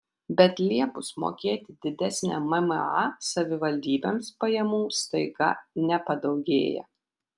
bet liepus mokėti didesnę mma savivaldybėms pajamų staiga nepadaugėja